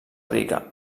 rica